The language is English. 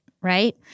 right